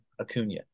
Acuna